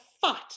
fight